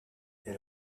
elle